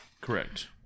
Correct